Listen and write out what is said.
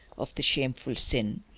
of the shameful sin.